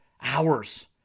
hours